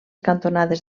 cantonades